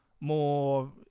more